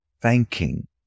thanking